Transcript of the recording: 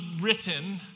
written